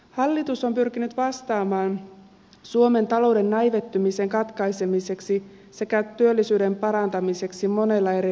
hallitus on pyrkinyt vastaamaan suomen talouden näivettymisen katkaisemiseksi sekä työllisyyden parantamiseksi monella eri rintamalla